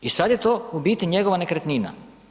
I sad je to u biti njegova nekretnina.